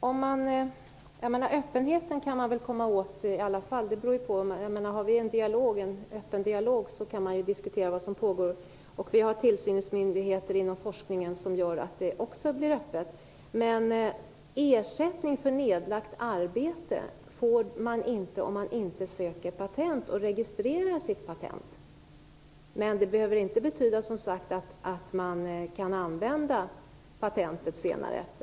Fru talman! Öppenheten kan man få fram i alla fall. Om vi för en öppen dialog kan vi diskutera vad som pågår. Det finns tillsynsmyndigheter inom forskningen som också gör att forskningen blir öppen. Men ersättning för nedlagt arbete får man inte om man inte söker patent och registrerar sitt patent. Det behöver som sagt inte betyda att man kan använda patentet senare.